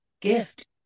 gift